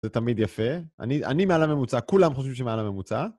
זה תמיד יפה. אני מעל הממוצע, כולם חושבים שמעל הממוצע.